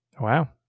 Wow